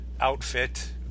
outfit